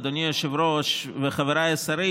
אדוני היושב-ראש וחבריי השרים,